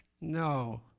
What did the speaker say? No